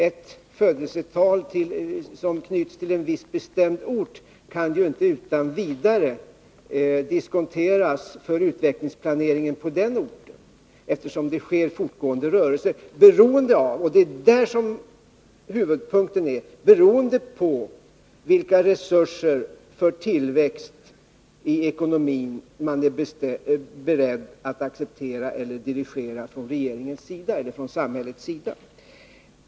Ett födelsetal som knyts till en viss bestämd ort kan inte utan vidare diskonteras för utvecklingsplaneringen på den orten, eftersom det sker fortgående rörelser beroende på — det är där huvudpunkten ligger — vilka resurser för tillväxten i ekonomin som regeringen eller samhället är beredda att acceptera eller dirigera.